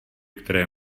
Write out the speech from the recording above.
které